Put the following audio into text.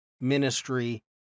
ministry